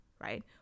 right